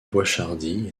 boishardy